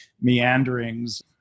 meanderings